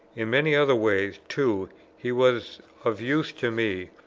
in many other ways too he was of use to me,